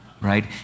right